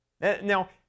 Now